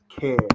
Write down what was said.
care